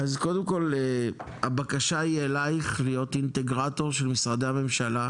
אז קודם כל הבקשה היא אליך להיות אינטגרטור של משרדי הממשלה,